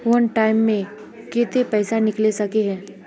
वन time मैं केते पैसा निकले सके है?